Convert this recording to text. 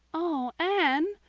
oh, anne!